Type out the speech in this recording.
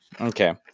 Okay